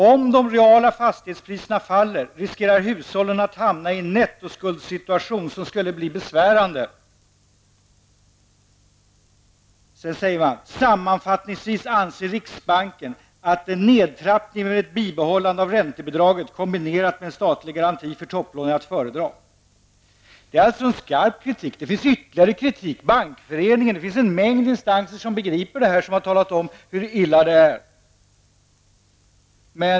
- Om -- de reala fastighetspriserna faller, riskerar hushållen att hamna i en nettoskuldssituation som skulle bli besvärande. -- Sammanfattningsvis anser riksbanken, liksom tidigare, att en nedtrappning med ett bibehållande av räntebidragen kombinerat med en statlig garanti för topplån är att föredra.'' Det är alltså en skarp kritik, men det finns ytterligare kritik. Bankföreningen och en mängd instanser som begriper det här har talat om hur illa det är.